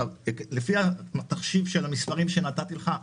לפי התחשיבים של המספרים שנתתי לך,